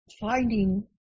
finding